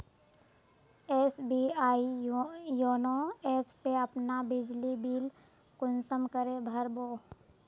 SBI YONO app से अपना बिजली बिल कुंसम करे भर बो?